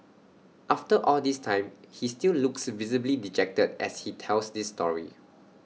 after all this time he still looks visibly dejected as he tells this story